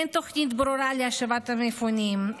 אין תוכנית ברורה להשבת המפונים,